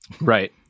Right